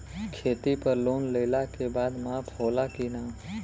खेती पर लोन लेला के बाद माफ़ होला की ना?